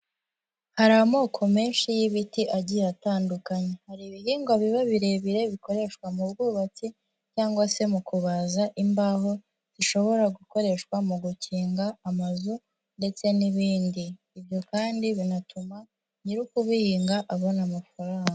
Hari amoko menshi y'ibiti agiye atandukanye. Hari ibihingwa biba birebire bikoreshwa mu bwubatsi cyangwa se mu kubaza imbaho zishobora gukoreshwa mu gukinga amazu ndetse n'ibindi. Ibyo kandi binatuma nyiri ukubibihinga abona amafaranga.